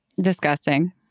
Disgusting